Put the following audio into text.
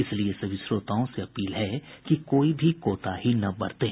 इसलिए सभी श्रोताओं से अपील है कि कोई भी कोताही न बरतें